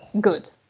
good